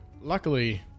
luckily